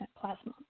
plasma